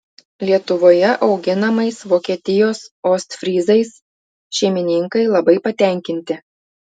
lietuvoje auginamais vokietijos ostfryzais šeimininkai labai patenkinti